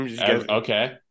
okay